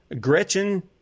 Gretchen